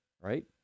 right